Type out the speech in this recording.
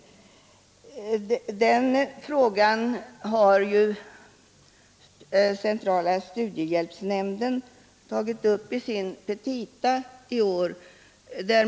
Den frågan har ju centrala studiehjälpsnämnden tagit upp i sina petita i år.